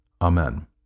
Amen